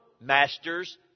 master's